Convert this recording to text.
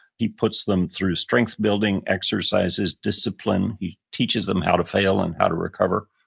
he puts them through strength building exercises, discipline. he teaches them how to fail and how to recover.